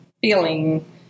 feeling